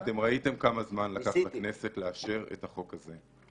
אתם ראיתם כמה זמן לקח לכנסת לאשר את החוק הזה.